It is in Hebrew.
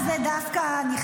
לפי שיקול דעתו.